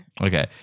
Okay